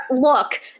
look